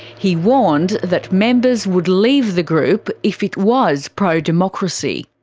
he warned that members would leave the group if it was pro-democracy.